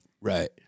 Right